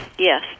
Yes